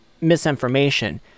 misinformation